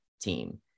team